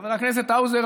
חבר הכנסת האוזר,